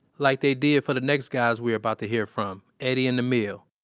like they did for the next guys we're about to hear from, eddie and emile.